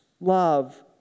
Love